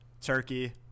turkey